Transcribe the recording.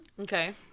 Okay